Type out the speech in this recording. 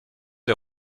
des